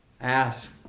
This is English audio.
ask